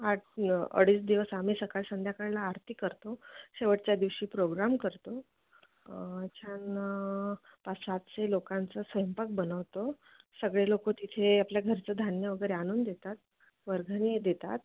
आठ अडीच दिवस आम्ही सकाळ संध्याकाळला आरती करतो शेवटच्या दिवशी प्रोग्राम करतो छान पाच सातशे लोकांचं स्वयंपाक बनवतो सगळे लोक तिथे आपल्या घरचं धान्य वगैरे आणून देतात वर्गणी देतात